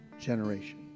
generation